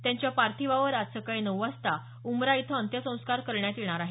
त्यांच्या पार्थिवावर आज सकाळी नऊ वाजता उमरा इथ अंत्यसंस्कार करण्यात येणार आहेत